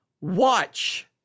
Watch